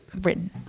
written